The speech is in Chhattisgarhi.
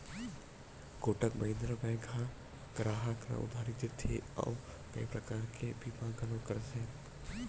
कोटक महिंद्रा बेंक ह गराहक ल उधारी देथे अउ कइ परकार के बीमा घलो करथे